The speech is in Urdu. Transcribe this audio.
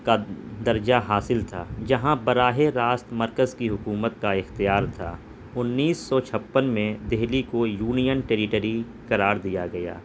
کا درجہ حاصل تھا جہاں براہ راست مرکز کی حکومت کا اختیار تھا انیس سو چھپن میں دہلی کو یونین ٹیریٹری قرار دیا گیا